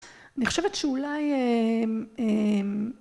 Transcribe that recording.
אני חושבת שאולי אההם... אההם...